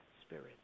spirit